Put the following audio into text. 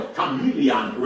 Chameleon